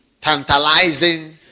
tantalizing